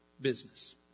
business